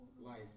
life